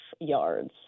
yards